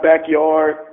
backyard